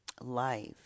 life